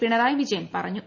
പിണറായി വിജയൻ പറഞ്ഞു